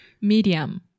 Medium